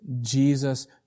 jesus